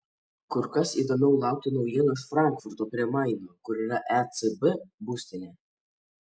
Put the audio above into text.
kur kas įdomiau laukti naujienų iš frankfurto prie maino kur yra ecb būstinė